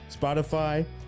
spotify